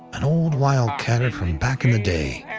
an old wildcatter from back in the day.